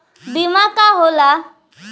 बीमा का होला?